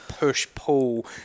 push-pull